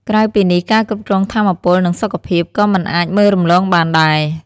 ក្រៅពីនេះ ការគ្រប់គ្រងថាមពល និងសុខភាព ក៏មិនអាចមើលរំលងបានដែរ។